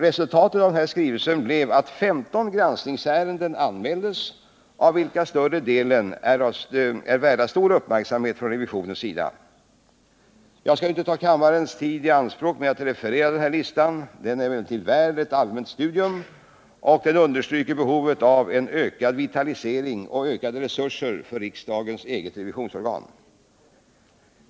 Resultatet av denna skrivelse blev att 15 granskningsärenden anmäldes, av vilka större delen är värd stor uppmärksamhet från revisionens sida. Jag skall inte ta upp kammarens tid med att referera denna lista — den är emellertid värd ett allmänt studium, och den understryker behovet av en ökad vitalisering av och förbättrade resurser för riksdagens eget revisionsorgan.